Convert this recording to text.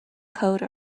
code